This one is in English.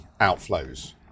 outflows